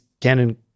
canon